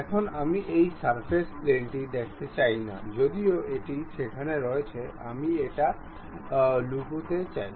এখন আমি এই রেফারেন্স প্লেনটি দেখতে চাই না যদিও এটি সেখানে রয়েছে আমি এটা লুকাতে চাই